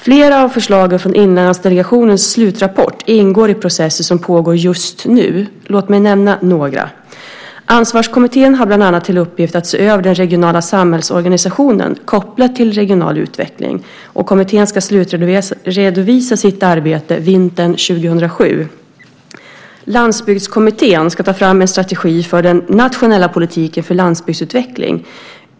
Flera av förslagen från Inlandsdelegationens slutrapport ingår i processer som pågår just nu. Låt mig nämna några. Ansvarskommittén har bland annat till uppgift att se över den regionala samhällsorganisationen kopplat till regional utveckling. Kommittén ska slutredovisa sitt arbete vintern 2007. Landsbygdskommittén ska ta fram en strategi för den nationella politiken för landsbygdsutveckling.